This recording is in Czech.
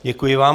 Děkuji vám.